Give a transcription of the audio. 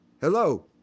Hello